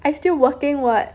I still working [what]